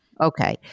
Okay